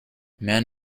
man